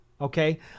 okay